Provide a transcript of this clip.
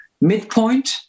midpoint